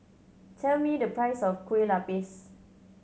tell me the price of Kueh Lapis